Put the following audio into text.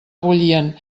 bullien